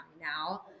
now